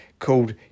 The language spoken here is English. called